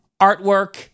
artwork